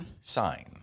sign